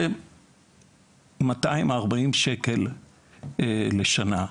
זה 240 שקל לשנה.